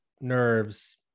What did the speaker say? nerves